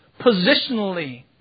positionally